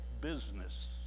business